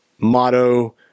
motto